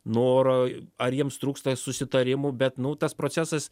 noro ar jiems trūksta susitarimų bet nu tas procesas